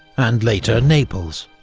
and later naples.